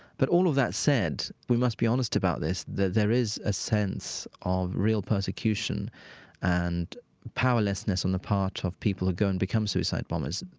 but all of that said, we must be honest about this, that there is a sense of real persecution and powerlessness on the part of people who go and become suicide bombers.